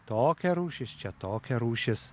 tokia rūšis čia tokia rūšis